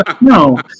No